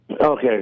Okay